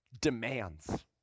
demands